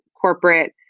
corporate